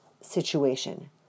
situation